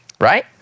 right